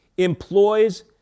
employs